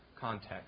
context